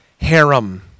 harem